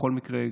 בכל מקרה,